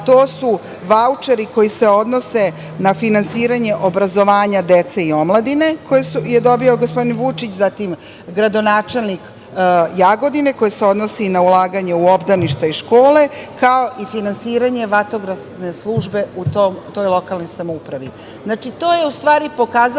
to su vaučeri koji se odnose na finansiranje obrazovanja dece i omladine koje je dobio gospodin Vučić, zatim gradonačelnik Jagodine, koji se odnosi na ulaganje u obdaništa i škole, kao i finansiranje vatrogasne službe u toj lokalnoj samoupravi. Znači, to je u stvari pokazatelj